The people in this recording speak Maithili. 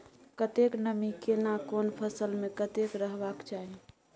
कतेक नमी केना कोन फसल मे कतेक रहबाक चाही?